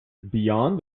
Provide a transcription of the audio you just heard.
beyond